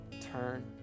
Turn